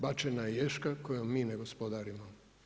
Bačena je ješka kojom mi ne gospodarimo.